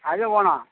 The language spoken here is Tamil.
அது வேணும்